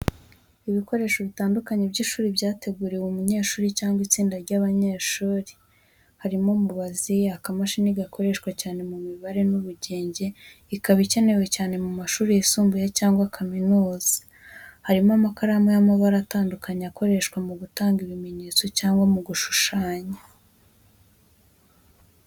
Ibikoresho bitandukanye by’ishuri byateguriwe umunyeshuri cyangwa itsinda ry’abanyeshuri. Harimo mubazi, akamashini gakoreshwa cyane mu mibare n'ubugenge, ikaba ikenewe cyane mu mashuri yisumbuye cyangwa kaminuza. Harimo amakaramu y’amabara atandukanye akoreshwa mu gutanga ibimenyetso cyangwa mu gushushanya.